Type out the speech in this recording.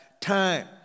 time